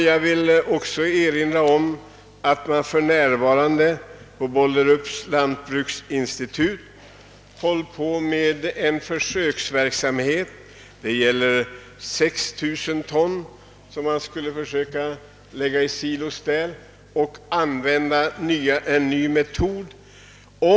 Jag vill erinra om att man för närvarande på Bollerups lantbruksinstitut håller på med ett försök att lägga 600 ton i silos enligt en ny metod.